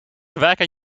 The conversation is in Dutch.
werken